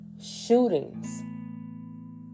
shootings